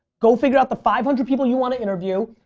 go figure out the five hundred people you want to interview,